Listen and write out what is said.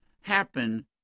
happen